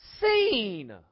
seen